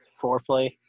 foreplay